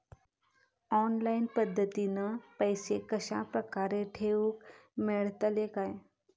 Online पद्धतीन पैसे कश्या प्रकारे ठेऊक मेळतले काय?